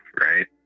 right